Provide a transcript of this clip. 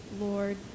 lord